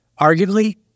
arguably